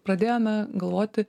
pradėjome galvoti